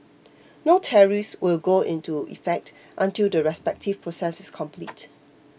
no tariffs will go into effect until the respective process is complete